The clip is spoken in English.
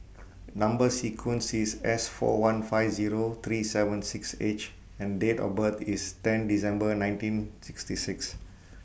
Number sequence IS S four one five Zero three seven six H and Date of birth IS ten December nineteen sixty six